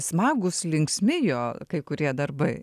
smagūs linksmi jo kai kurie darbai